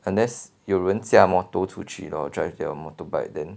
unless 有人驾 motor 出去 lor drive their motorbike then